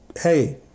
hey